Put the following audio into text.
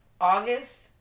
August